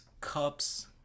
cups